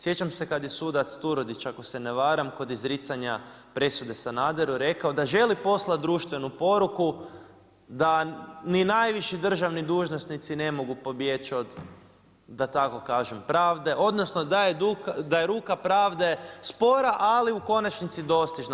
Sjećam se kad je sudac Turudić ako se ne varam kod izricanja presude Sanaderu rekao da želi poslati društvenu poruku da ni najviši državni dužnosnici ne mogu pobjeći od da tako kažem pravde, odnosno, da je ruka pravde spora, ali u konačnici dostižna.